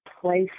place